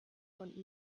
von